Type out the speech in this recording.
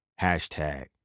Hashtag